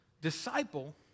disciple